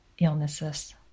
illnesses